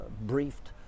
briefed